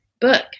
book